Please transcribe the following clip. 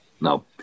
No